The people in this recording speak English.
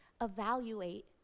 evaluate